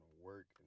work